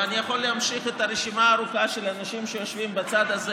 ואני יכול להמשיך את הרשימה הארוכה של אנשים שיושבים בצד הזה